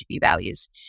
values